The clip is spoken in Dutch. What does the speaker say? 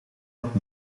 dat